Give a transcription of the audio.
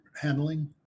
handling